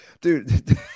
dude